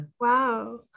Wow